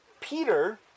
Peter